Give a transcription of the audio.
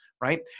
right